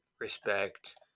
respect